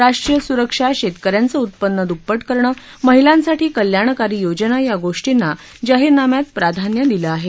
राष्ट्रीय सुरक्षा शेतक यांचं उत्पन्न दुप्पट करणं महिलांसाठी कल्याणकारी योजना या गोष्टींना जाहीरनाम्यात प्राधान्य दिलं आहे